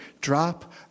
Drop